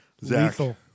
lethal